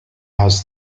has